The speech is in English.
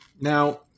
Now